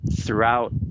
throughout